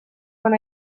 when